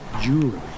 jewelry